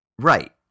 Right